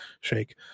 shake